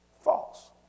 false